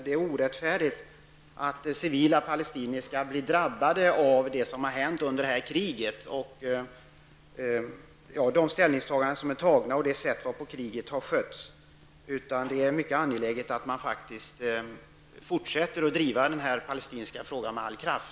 Det är orättfärdigt att civila palestinier skall bli drabbade av vad som hänt under det här kriget, genom de ställningstaganden som gjorts och det sätt på vilket kriget har skötts. Det är mycket angeläget att man fortsätter att driva den palestinska frågan med all kraft.